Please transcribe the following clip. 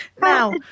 now